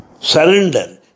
surrender